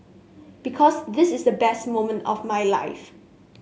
because this is the best moment of my life